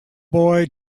boy